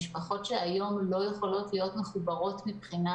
משפחות שלא יכולות להיות היום מחוברות מבחינה